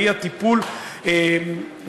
והיא הטיפול והרגולציה,